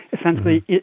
essentially